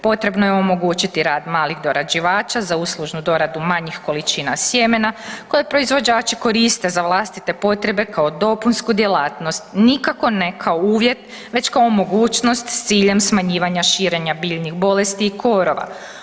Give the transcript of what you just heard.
Potrebno je omogućiti rad malih dorađivača za uslužnu doradu manjih količina sjemena koje proizvođači koriste za vlastite potrebe kao dopunsku djelatnost nikako ne kao uvjet već kao mogućnost s ciljem smanjivanja širenja biljnih bolesti i korova.